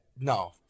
No